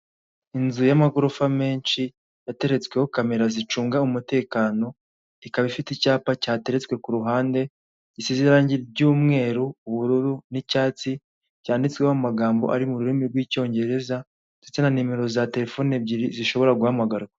Inzu y'amagorofa menshi yateretsweho camera zicunga umutekano, ikaba ifite icyapa cyateretswe ku ruhande gisize irangi ry'umweru, ubururu n'icyatsi, cyanditseho amagambo ari mu rurimi rw'icyongereza ndetse na nimero za terefone ebyiri zishobora guhamagarwa.